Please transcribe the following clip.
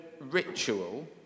ritual